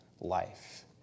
life